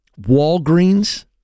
Walgreens